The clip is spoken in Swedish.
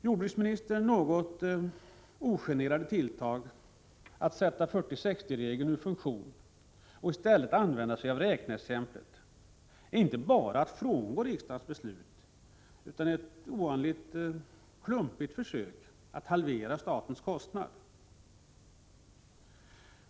Jordbruksministerns något ogenerade tilltag att sätta 40:60-regeln ur funktion och i stället använda sig av räkneexemplet innebär inte bara att han frångår riksdagens beslut utan är dessutom ett ovanligt klumpigt försök att halvera statens kostnader.